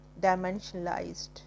dimensionalized